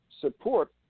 support